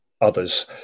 others